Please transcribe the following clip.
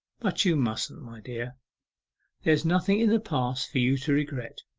but you mustn't, my dear. there's nothing in the past for you to regret.